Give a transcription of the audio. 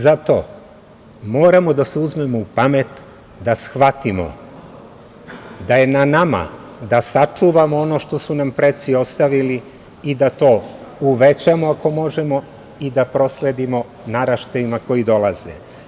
Zato moramo da se uzmemo u pamet da shvatimo da je na nama da sačuvamo ono što su nam preci ostavili i da to uvećamo ako možemo i da prosledimo naraštajima koji dolaze.